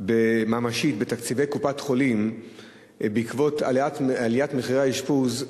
ממשית בתקציב קופות-החולים בעקבות עליית מחירי האשפוז,